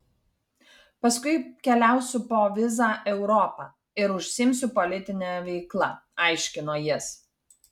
paskui keliausiu po vizą europą ir užsiimsiu politine veikla aiškino jis